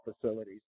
facilities